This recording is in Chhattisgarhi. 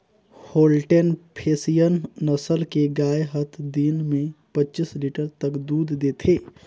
होल्टेन फेसियन नसल के गाय हत दिन में पच्चीस लीटर तक दूद देथे